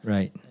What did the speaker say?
Right